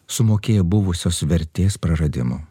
sumokėję buvusios vertės praradimu